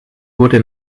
wurde